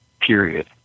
Period